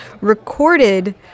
recorded